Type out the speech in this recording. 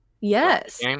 yes